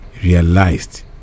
...realized